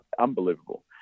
Unbelievable